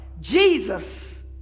Jesus